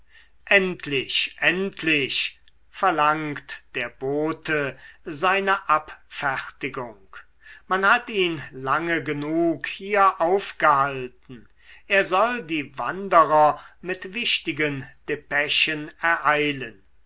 endlich endlich verlangt der bote seine abfertigung man hat ihn lange genug hier aufgehalten er soll die wanderer mit wichtigen depeschen ereilen